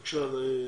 בבקשה טלי.